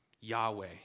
Yahweh